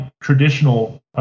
traditional